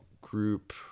group